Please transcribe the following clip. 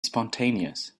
spontaneous